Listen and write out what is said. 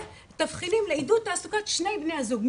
תבחינים לעידוד תעסוקת לשני בני הזוג.